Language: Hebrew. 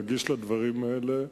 אני רגיש לדברים האלה,